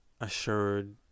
assured